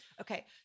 Okay